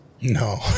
No